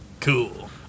Cool